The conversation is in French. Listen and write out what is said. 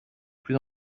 plus